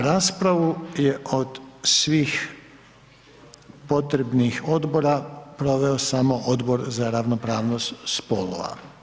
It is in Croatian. Raspravu je od svih potrebnih odbora proveo samo Odbor za ravnopravnost spolova.